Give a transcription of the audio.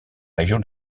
région